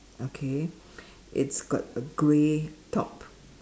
okay it's got a grey top